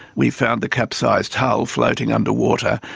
we found the capsized hull floating underwater,